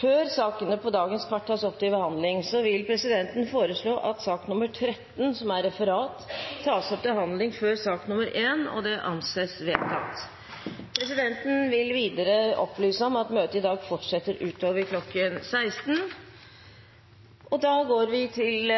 Før sakene på dagens kart tas opp til behandling, vil presidenten foreslå at sak nr. 13, Referat, tas opp til behandling før sak nr. 1. – Det anses vedtatt. Presidenten vil videre opplyse om at møtet i dag fortsetter utover kl. 16. Kirsti Bergstø har bedt om ordet. Jeg vil